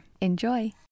enjoy